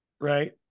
right